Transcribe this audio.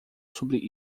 sobre